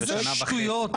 איזה שטויות.